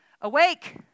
awake